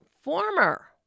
former